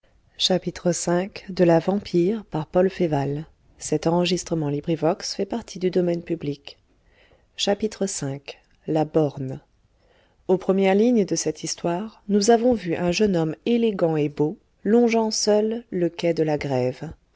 v la borne aux premières lignes de cette histoire nous avons vu un jeune homme élégant et beau longeant seul le quai de la grève